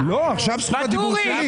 לא, עכשיו זכות הדיבור שלי.